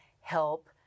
help